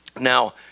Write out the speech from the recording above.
Now